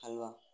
हलवा